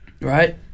Right